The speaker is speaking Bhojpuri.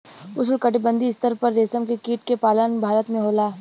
उष्णकटिबंधीय स्तर पर रेशम के कीट के पालन भारत में होला